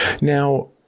now